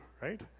right